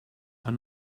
are